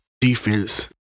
defense